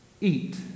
eat